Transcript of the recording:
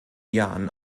jahren